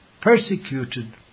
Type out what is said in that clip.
persecuted